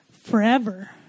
forever